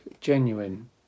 genuine